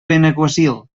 benaguasil